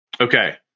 Okay